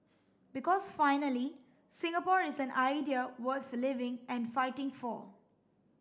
because finally Singapore is an idea worth living and fighting for